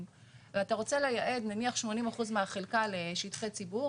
ואתה רוצה לייעד נניח 80% מהחלקה לשטחי ציבור,